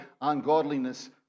ungodliness